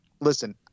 listen